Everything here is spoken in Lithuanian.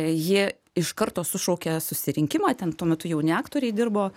ji iš karto sušaukė susirinkimą ten tuo metu jauni aktoriai dirbo